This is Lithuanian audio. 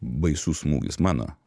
baisus smūgis mano